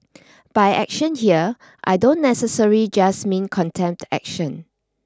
by action here I don't necessarily just mean contempt action